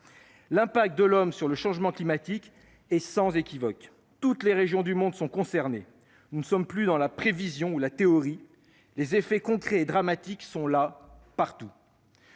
L'impact de l'homme sur le changement climatique est sans équivoque ; toutes les régions du monde sont concernées ; nous ne sommes plus dans la prévision ou dans la théorie, les effets concrets et dramatiques sont là, partout.